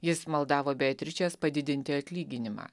jis maldavo beatričės padidinti atlyginimą